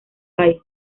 país